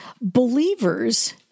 Believers